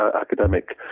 academic